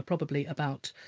probably about